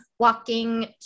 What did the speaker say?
walking